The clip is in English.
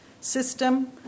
system